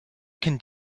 can